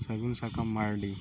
ᱥᱟᱹᱜᱩᱱ ᱥᱟᱠᱟᱢ ᱢᱟᱨᱰᱤ